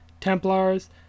Templars